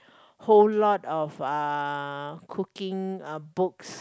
whole lot of uh cooking uh books